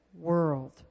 world